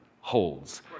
holds